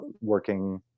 working